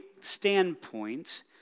standpoint